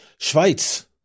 Schweiz